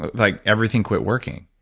ah like everything quit working.